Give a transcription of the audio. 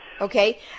Okay